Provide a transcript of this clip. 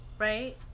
Right